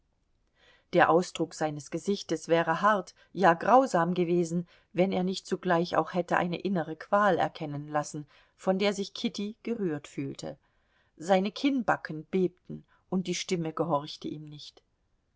der ausdruck seines gesichtes wäre hart ja grausam gewesen wenn er nicht zugleich auch hätte eine innere qual erkennen lassen von der sich kitty gerührt fühlte seine kinnbacken bebten und die stimme gehorchte ihm nicht